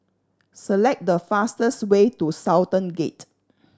select the fastest way to Sultan Gate